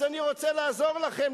אז אני רוצה לעזור לכם,